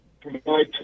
provide